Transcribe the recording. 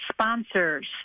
sponsors